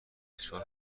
بسیار